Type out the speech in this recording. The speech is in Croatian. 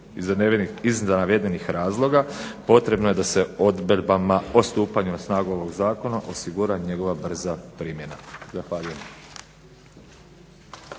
Iz navedenih razloga potrebno je da se odredbama o stupanju na snagu ovog zakona osigura njegova brza primjena. Zahvaljujem.